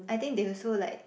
I think they also like